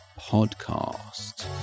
Podcast